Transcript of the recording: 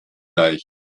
gleich